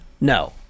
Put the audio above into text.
no